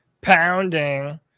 pounding